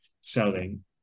selling